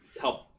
help